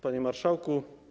Panie Marszałku!